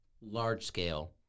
large-scale